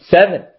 Seven